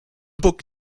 book